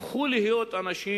הפכו להיות אנשים